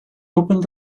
opened